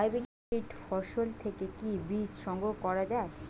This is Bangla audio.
হাইব্রিড ফসল থেকে কি বীজ সংগ্রহ করা য়ায়?